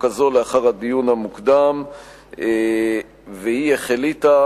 הזאת לאחר הדיון המוקדם והיא החליטה,